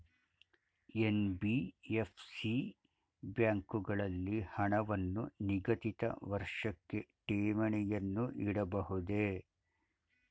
NBFC ಬ್ಯಾಂಕುಗಳಲ್ಲಿ ಹಣವನ್ನು ನಿಗದಿತ ವರ್ಷಕ್ಕೆ ಠೇವಣಿಯನ್ನು ಇಡಬಹುದೇ?